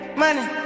money